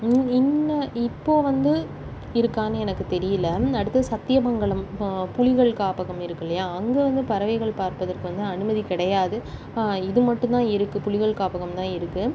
இன் இன்ன இப்போது வந்து இருக்கான்னு எனக்கு தெரியலை அடுத்தது சத்தியமங்கலம் புலிகள் காப்பகம் இருக்கில்லையா அங்கே வந்து பறவைகள் பார்ப்பதற்கு வந்து அனுமதி கிடையாது இது மட்டுந்தான் இருக்குது புலிகள் காப்பகம் தான் இருக்குது